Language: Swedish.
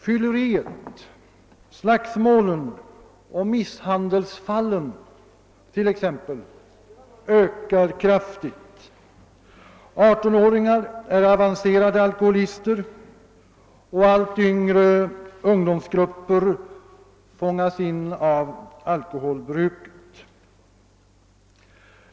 Fylleriet, slagsmålen och misshandelsfallen t.ex. ökar kraftigt. Artonåringar är avancerade alkoholister, och allt yngre ungdomsgrupper fångas in av alkoholbruket.